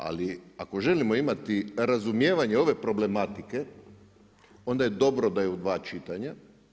Ali ako želimo imati razumijevanje ove problematike onda je dobro da je u dva čitanja.